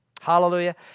Hallelujah